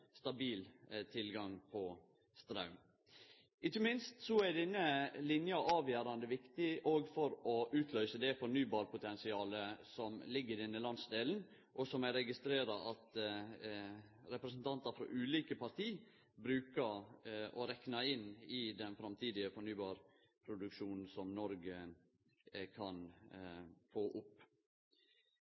stabil tilgang på straum. Ikkje minst er denne linja òg avgjerande viktig for å utløyse det fornybarpotensialet som ligg i denne landsdelen, og som eg registrerer at representantar frå ulike parti bruker å rekne inn i den framtidige fornybarproduksjonen som Noreg kan få opp.